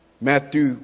Matthew